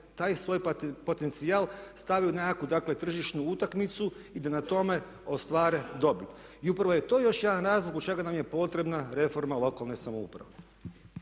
taj svoj potencijal stave u nekakvu dakle tržišnu utakmicu i da na tome ostvare dobit. I upravo je to još jedan razlog zbog čega nam je potrebna reforma lokalne samouprave.